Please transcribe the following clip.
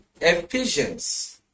Ephesians